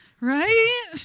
right